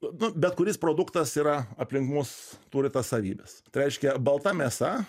nu bet kuris produktas yra aplink mus turi tas savybes tai reiškia balta mėsa